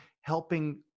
helping